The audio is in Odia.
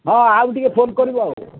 ହଁ ଆଉ ଟିକିଏ ଫୋନ୍ କରିବୁ ଆଉ